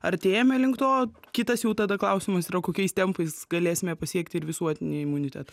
artėjame link to kitas jau tada klausimas yra kokiais tempais galėsime pasiekti ir visuotinį imunitetą